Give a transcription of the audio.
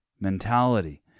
mentality